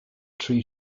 tree